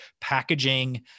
packaging